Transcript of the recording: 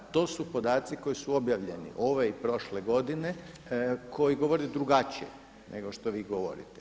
To su podaci koji su objavljeni ove i prošle godine koji govore drugačije nego što vi govorite.